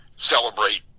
celebrate